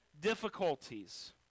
difficulties